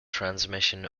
transmission